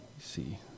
See